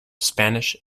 spanish